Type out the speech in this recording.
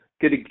Good